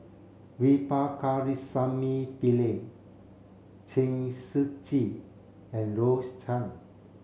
V Pakirisamy Pillai Chen Shiji and Rose Chan